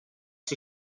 sie